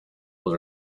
was